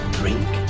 drink